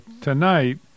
tonight